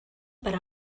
per